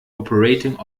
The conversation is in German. operating